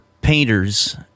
painters